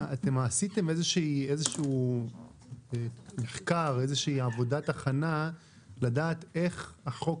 אתם עשיתם איזה שהוא מחקר או איזו שהיא עבודת הכנה לדעת איך החוק